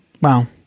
Wow